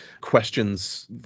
questions